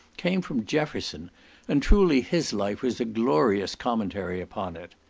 came from jefferson and truly his life was a glorious commentary upon it.